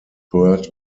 third